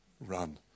run